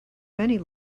many